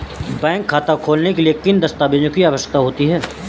Bank खाता खोलने के लिए किन दस्तावेज़ों की आवश्यकता होती है?